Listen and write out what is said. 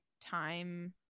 time